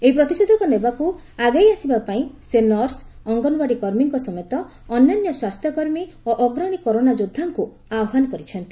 ଏହି ପ୍ରତିଷେଧକ ନେବାକୁ ଆଗେଇ ଆସିବା ପାଇଁ ସେ ନର୍ସ ଅଙ୍ଗନବାଡି କର୍ମୀଙ୍କ ସମେତ ଅନ୍ୟାନ୍ୟ ସ୍ୱାସ୍ଥ୍ୟ କର୍ମୀ ଓ ଅଗ୍ରଣୀ କରୋନା ଯୋଦ୍ଧାଙ୍କୁ ଆହ୍ୱାନ କରିଛନ୍ତି